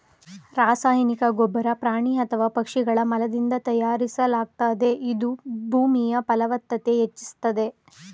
ರಾಸಾಯನಿಕ ಗೊಬ್ಬರ ಪ್ರಾಣಿ ಅಥವಾ ಪಕ್ಷಿಗಳ ಮಲದಿಂದ ತಯಾರಿಸಲಾಗ್ತದೆ ಇದು ಭೂಮಿಯ ಫಲವ್ತತತೆ ಹೆಚ್ಚಿಸ್ತದೆ